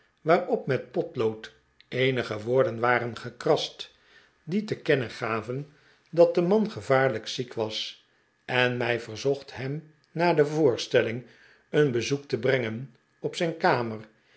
waarop met potlood eenige woorden waren gekrast die te kennen gaven dat de man gevaarlijk ziek was en mij verzocht hem na de voorstelling een bezoek te brengen op zijn kamer